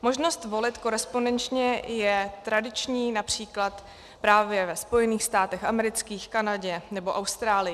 Možnost volit korespondenčně je tradiční např. právě ve Spojených státech amerických, Kanadě nebo Austrálii.